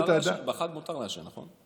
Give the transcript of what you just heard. בחג מותר לעשן, נכון?